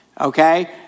Okay